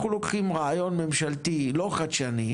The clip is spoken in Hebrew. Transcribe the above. אנחנו לוקחים רעיון ממשלתי לא חדשני,